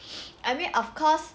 I mean of course